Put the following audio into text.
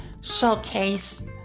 showcase